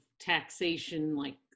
taxation-like